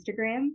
Instagram